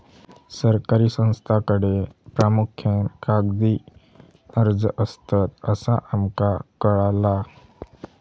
सरकारी संस्थांकडे प्रामुख्यान कागदी अर्ज असतत, असा आमका कळाला